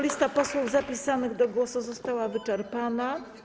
Lista posłów zapisanych do głosu została wyczerpana.